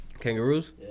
Kangaroos